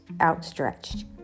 outstretched